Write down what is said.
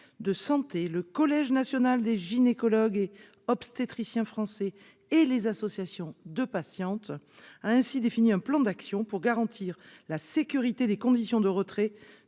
de santé, le Collège national des gynécologues et obstétriciens français et les associations de patientes, a ainsi défini un plan d'action pour garantir la sécurité des conditions de retrait